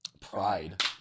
pride